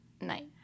Night